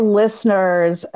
listeners